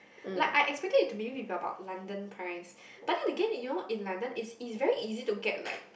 like I expect it to maybe be about London price but then again you know in London is is very easy to get like